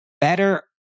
better